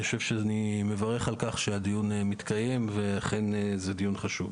אני מברך על כך שהדיון מתקיים ואכן זה דיון חשוב.